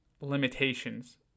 limitations